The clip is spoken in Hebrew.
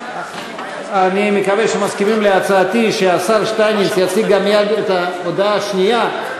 אני מקווה שמסכימים להצעתי שהשר שטייניץ יציג גם מייד את ההודעה השנייה,